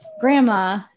grandma